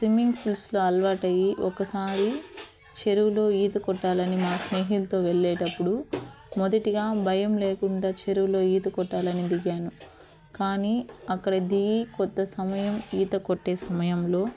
swimming ఫూల్స్లో అలవాటు అయి ఒకసారి చెరువులో ఈత కొట్టాలని మా స్నేహితులతో వెళ్ళేటప్పుడు మొదటిగా భయం లేకుండా చెరువులో ఈత కొట్టాలని దిగాను కానీ అక్కడ దిగి కొత్త సమయం ఈత కొట్టే సమయంలో